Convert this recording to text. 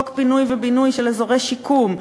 חוק פינוי ובינוי של אזורי שיקום,